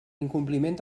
incompliment